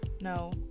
No